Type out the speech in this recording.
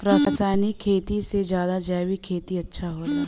रासायनिक खेती से ज्यादा जैविक खेती अच्छा होला